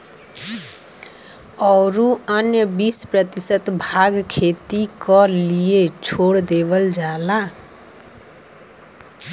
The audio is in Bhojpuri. औरू अन्य बीस प्रतिशत भाग खेती क लिए छोड़ देवल जाला